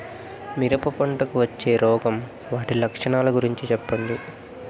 మిరప పంటకు వచ్చే రోగం వాటి లక్షణాలు గురించి చెప్పండి?